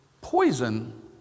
Poison